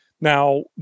Now